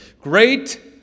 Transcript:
Great